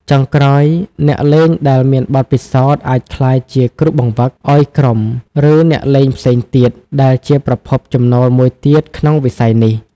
ចុងក្រោយ អ្នកលេងដែលមានបទពិសោធន៍អាចក្លាយជា គ្រូបង្វឹក ឱ្យក្រុម ឬអ្នកលេងផ្សេងទៀត ដែលជាប្រភពចំណូលមួយទៀតក្នុងវិស័យនេះ។